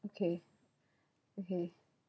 okay okay